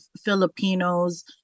Filipinos